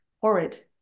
horrid